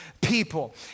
people